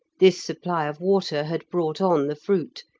this supply of water had brought on the fruit,